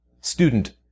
student